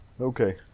Okay